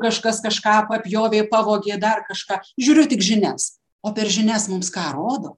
kažkas kažką papjovė pavogė dar kažką žiūriu tik žinias o per žinias mums ką rodo